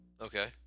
Okay